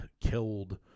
killed